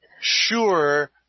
sure